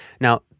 Now